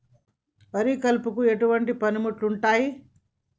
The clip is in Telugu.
వరి కలుపుకు ఎటువంటి పనిముట్లు ఉంటాయి?